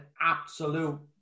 absolute